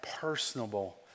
personable